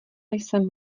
jsem